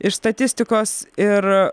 iš statistikos ir